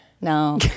No